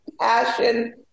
passion